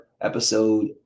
episode